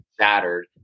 shattered